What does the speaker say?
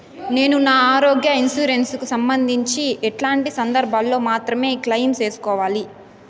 నేను నా ఆరోగ్య ఇన్సూరెన్సు కు సంబంధించి ఎట్లాంటి సందర్భాల్లో మాత్రమే క్లెయిమ్ సేసుకోవాలి?